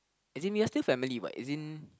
as in we're still family what as in